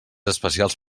especials